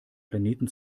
planeten